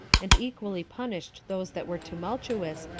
and equally punished those that were tumultuous,